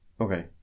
okay